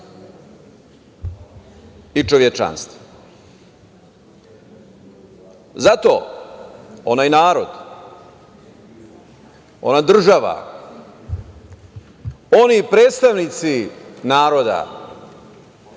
i čovečanstva. Zato onaj narod, ona država, oni predstavnici naroda,